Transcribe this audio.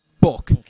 book